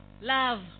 Love